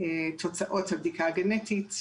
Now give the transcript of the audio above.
תוצאות הבדיקה הגנטית,